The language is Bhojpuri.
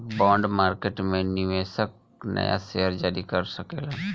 बॉन्ड मार्केट में निवेशक नाया शेयर जारी कर सकेलन